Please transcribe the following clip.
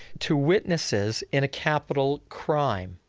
to witnesses in a capital crime.